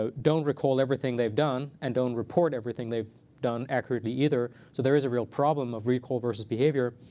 ah don't recall everything they've done and don't report everything they've done accurately either. so there is a real problem of recall versus behavior.